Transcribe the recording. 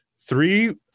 three